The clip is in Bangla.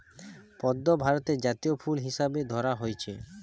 পদ্ম ভারতের জাতীয় ফুল হিসাবে ধরা হইচে